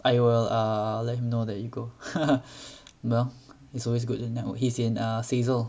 I will uh let him know that you go well it's always good to network he's in err SAESL